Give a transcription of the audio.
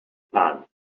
pants